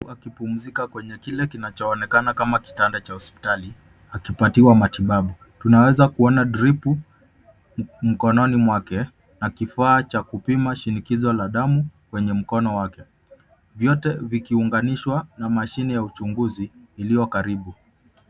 ...akipumzika kwenye kile kinachoonekana kama kitanda cha hospitali akipatikwa matibabu. Tunaweza kuona dripu mkononi mwake na kifaa cha kupima shinikizo la damu kwenye mkono wake vyote vikiunganishwa na mashine ya uchunguzi iliyo karibu.